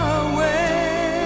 away